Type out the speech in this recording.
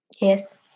Yes